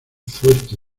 fuerte